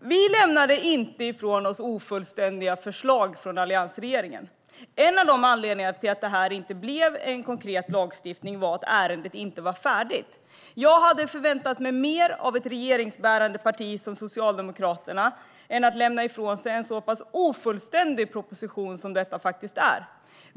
Vi lämnade inte ifrån oss ofullständiga förslag från alliansregeringen. En av anledningarna till att detta inte blev en konkret lagstiftning var att ärendet inte var färdigt. Jag hade förväntat mig mer av ett regeringsbärande parti som Socialdemokraterna än att de skulle lämna ifrån sig en så pass ofullständig proposition som detta faktiskt är.